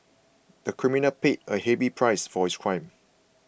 the criminal paid a heavy price for his crime